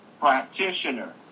practitioner